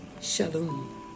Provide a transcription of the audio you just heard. Shalom